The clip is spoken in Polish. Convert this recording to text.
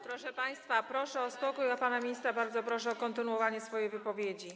Proszę państwa, proszę o spokój, a pana ministra bardzo proszę o kontynuowanie swojej wypowiedzi.